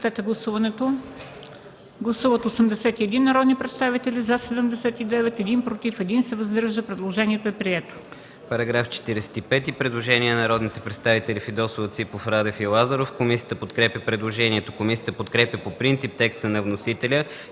предложението. Предложение на народните представители Фидосова, Ципов, Радев и Лазаров. Комисията подкрепя предложението. Комисията подкрепя по принцип текста на вносителя